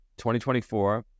2024